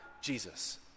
Jesus